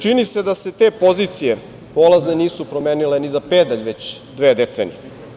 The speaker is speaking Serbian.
Čini se da se te polazne pozicije nisu promenile ni za pedalj već dve decenije.